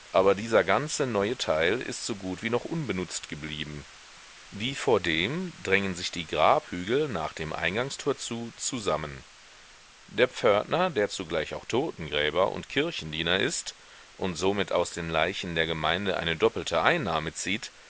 aber dieser ganze neue teil ist so gut wie noch unbenutzt geblieben wie vordem drängen sich die grabhügel nach dem eingangstor zu zusammen der pförtner der zugleich auch totengräber und kirchendiener ist und somit aus den leichen der gemeinde eine doppelte einnahme zieht